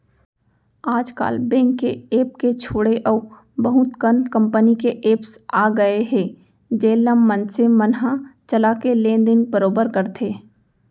आज काल बेंक के ऐप के छोड़े अउ बहुत कन कंपनी के एप्स आ गए हे जेन ल मनसे मन ह चला के लेन देन बरोबर करथे